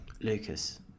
Lucas